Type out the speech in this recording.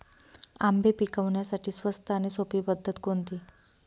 आंबे पिकवण्यासाठी स्वस्त आणि सोपी पद्धत कोणती?